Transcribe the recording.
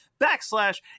backslash